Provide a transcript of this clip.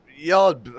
Y'all